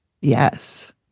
Yes